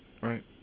right